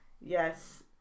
Yes